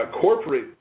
corporate